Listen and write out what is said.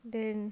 then